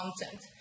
content